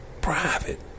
private